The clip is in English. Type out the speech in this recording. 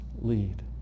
lead